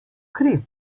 kri